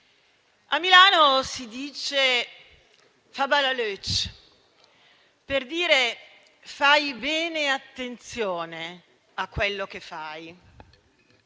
a Milano si dice «fa ballà l'oeucc» per dire: fa' bene attenzione a quello che fai.